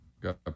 got